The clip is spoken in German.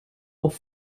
auf